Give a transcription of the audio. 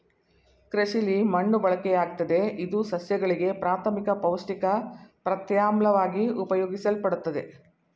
ಕೃಷಿಲಿ ಮಣ್ಣು ಬಳಕೆಯಾಗ್ತದೆ ಇದು ಸಸ್ಯಗಳಿಗೆ ಪ್ರಾಥಮಿಕ ಪೌಷ್ಟಿಕ ಪ್ರತ್ಯಾಮ್ಲವಾಗಿ ಉಪಯೋಗಿಸಲ್ಪಡ್ತದೆ